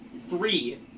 three